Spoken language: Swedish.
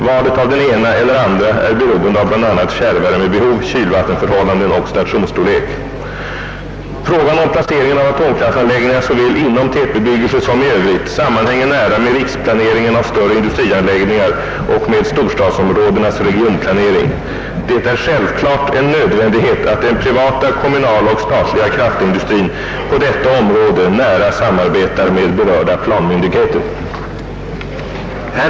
Valet av den ena eller andra är beroende av bl.a. fjärrvärmebehov, kylvattenförhållanden och stationsstorlek. Frågan om placeringen av atomkraftanläggningar såväl inom tätbebyggelse som i Övrigt sammanhänger nära med riksplaneringen av större industrianläggningar och med storstadsområdenas regionplanering. Det är självfallet en nödvändighet att den privata, kom munala och statliga kraftindustrin på detta område nära samarbetar med berörda planmyndigheter.